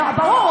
ברור.